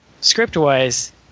script-wise